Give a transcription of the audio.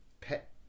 pet